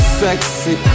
sexy